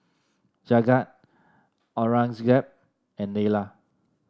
Jagat Aurangzeb and Neila